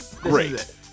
Great